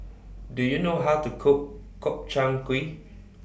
Do YOU know How to Cook Gobchang Gui